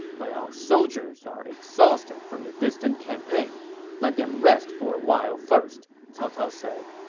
but our soldiers are exhausted from the distant campaign let them rest for a while first, cao cao said.